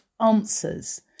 answers